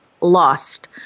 lost